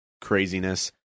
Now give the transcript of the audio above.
craziness